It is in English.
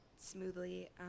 smoothly